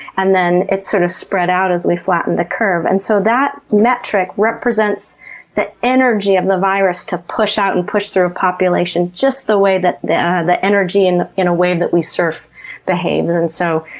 and then it sort of spread out as we flattened the curve. and so that metric represents the energy of the virus to push out and push through a population just the way the the energy in in a wave that we surf behaves. and so,